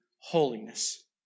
holiness